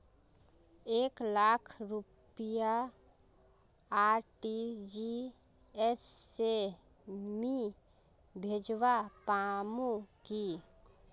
एक लाख रुपया आर.टी.जी.एस से मी भेजवा पामु की